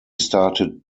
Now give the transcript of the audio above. started